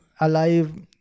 alive